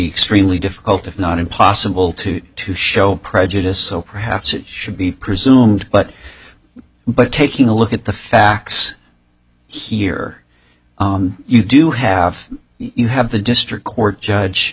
extremely difficult if not impossible to to show prejudice so perhaps it should be presumed but but taking a look at the facts here you do have you have the district court judge